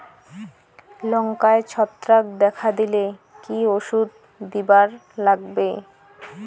লঙ্কায় ছত্রাক দেখা দিলে কি ওষুধ দিবার লাগবে?